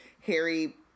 Harry